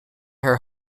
her